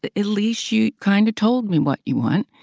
at least you kind of told me what you want,